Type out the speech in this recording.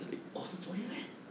oh 是昨天 meh